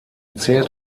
zählt